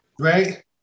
right